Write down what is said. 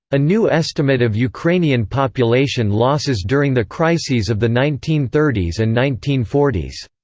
a new estimate of ukrainian population losses during the crises of the nineteen thirty s and nineteen forty s.